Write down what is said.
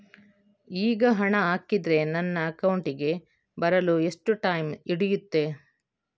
ಈಗ ಹಣ ಹಾಕಿದ್ರೆ ನನ್ನ ಅಕೌಂಟಿಗೆ ಬರಲು ಎಷ್ಟು ಟೈಮ್ ಹಿಡಿಯುತ್ತೆ?